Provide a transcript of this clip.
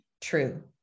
true